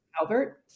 Albert